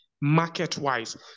market-wise